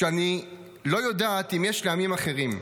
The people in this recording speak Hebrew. שאני לא יודעת אם יש לעמים אחרים.